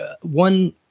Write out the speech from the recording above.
one